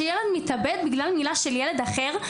שילד מתאבד בגלל מילה של ילד אחר?